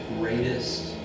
greatest